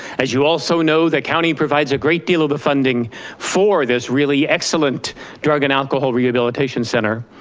as you also know, the county provides a great deal of the funding for this really excellent drug and alcohol rehabilitation center.